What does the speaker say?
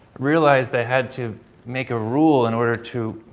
realized i had to make a rule in order to,